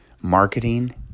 marketing